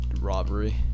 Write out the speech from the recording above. robbery